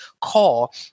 call